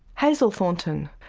hazel thornton,